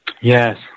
Yes